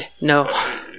No